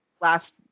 last